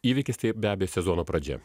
įvykis tai be abejo sezono pradžia